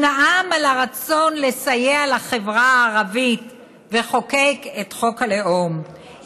הוא נאם על הרצון לסייע לחברה הערבית וחוקק את חוק הלאום,